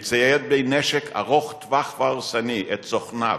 מצייד בנשק ארוך-טווח והרסני את סוכניו,